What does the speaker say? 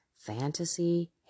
fantasy